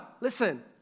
listen